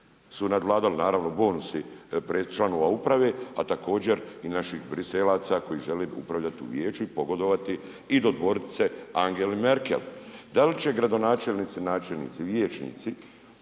su nadvladali, naravno bonusi, pred članova uprave, a također i naših Briselaca koji žele upravljati u Vijeću i pogodovati i dodvoriti se Angeli Merkel. Da li će gradonačelnici, načelnici, liječnici